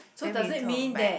then we turn back